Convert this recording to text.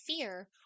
fear